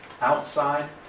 Outside